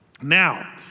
Now